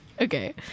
Okay